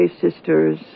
sisters